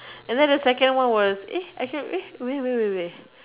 and then the second one was eh actua~ eh wait wait wait wait